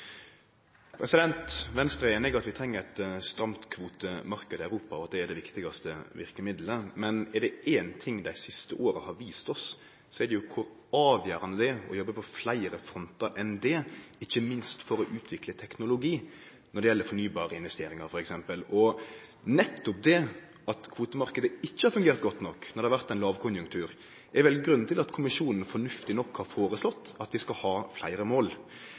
Venstre er einig i at vi treng ein stram kvotemarknad i Europa, og at det er det viktigaste verkemiddelet. Men er det ein ting dei siste åra har vist oss, er det kor avgjerande det er å jobbe på fleire frontar enn det, ikkje minst for å utvikle teknologi når det gjeld fornybare investeringar, t.d. Nettopp det at kvotemarknaden ikkje har fungert godt nok når det har vore ein lågkonjunktur, er vel grunnen til at kommisjonen fornuftig nok har føreslått at dei skal ha fleire mål.